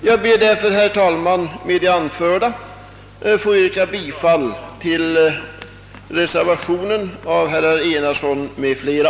Jag ber därför, herr talman, att med det anförda få yrka bifall till reservationen av herr Enarsson m.fl.